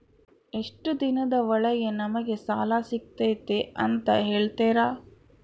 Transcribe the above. ಎಷ್ಟು ದಿನದ ಒಳಗೆ ನಮಗೆ ಸಾಲ ಸಿಗ್ತೈತೆ ಅಂತ ಹೇಳ್ತೇರಾ?